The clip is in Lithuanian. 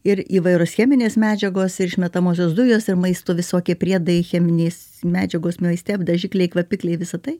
ir įvairios cheminės medžiagos ir išmetamosios dujos ir maisto visokie priedai cheminės medžiagos maiste dažikliai kvapikliai visa tai